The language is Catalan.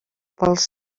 pels